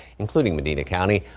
including medina county,